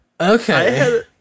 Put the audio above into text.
okay